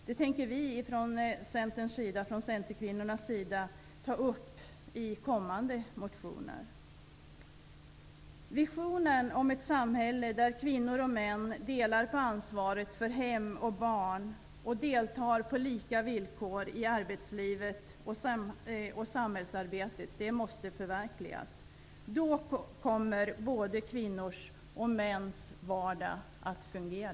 Det tänker vi från centerkvinnornas sida ta upp i kommande motioner. Visionen om ett samhälle där kvinnor och män delar på ansvaret för hem och barn samt deltar på lika villkor i arbetslivet och samhällsarbetet måste förverkligas. Då kommer både kvinnors och mäns vardag att fungera.